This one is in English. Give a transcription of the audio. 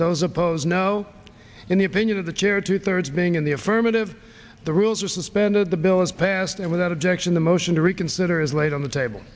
those opposed now in the opinion of the chair two thirds being in the affirmative the rules are suspended the bill is passed and without objection the motion to reconsider is laid on the table